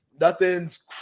nothing's